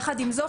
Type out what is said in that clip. יחד עם זאת,